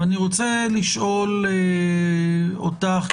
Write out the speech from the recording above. אני רוצה לשאול אותך,